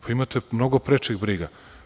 Vi imate mnogo prečih briga.